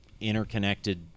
interconnected